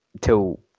till